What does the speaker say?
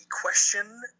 Question